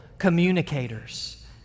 communicators